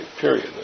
period